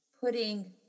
putting